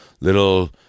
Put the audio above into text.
little